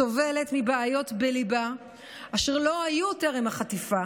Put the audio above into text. סובלת מבעיות בליבה אשר לא היו טרם החטיפה